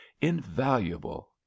Invaluable